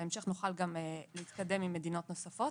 ובהמשך נוכל להתקדם גם עם מדינות נוספות.